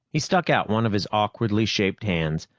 he stuck out one of his awkwardly shaped hands,